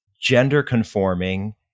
gender-conforming